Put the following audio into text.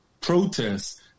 protests